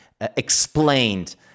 explained